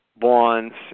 bonds